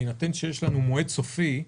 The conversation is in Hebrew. בהינתן שיש לנו מועד סופי,